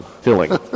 filling